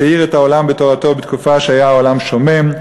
שהאיר את העולם בתורתו בתקופה שהיה העולם שומם.